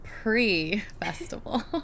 pre-festival